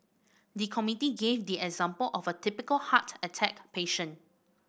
the committee gave the example of a typical heart attack patient